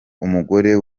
umugore